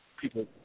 people